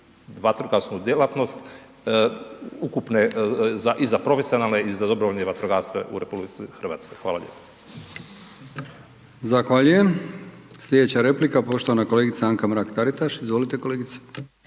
vatrogasnu djelatnost ukupne, i za profesionalne i za dobrovoljne vatrogasce u RH. Hvala lijepo. **Brkić, Milijan (HDZ)** Zahvaljujem. Sljedeća replika poštovana kolegica Anka Mrak-Taritaš. Izvolite kolegice.